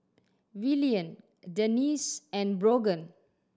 Willian Denisse and Brogan